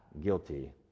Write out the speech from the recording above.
guilty